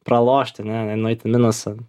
pralošt ane nueit į minusą